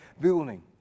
building